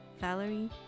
Valerie